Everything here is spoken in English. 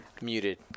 Muted